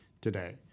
today